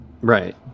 Right